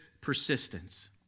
persistence